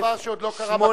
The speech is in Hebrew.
זה דבר שעוד לא קרה בכנסת,